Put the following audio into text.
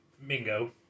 Mingo